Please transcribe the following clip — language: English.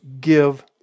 give